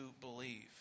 believe